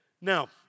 Now